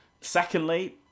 Secondly